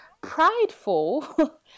Prideful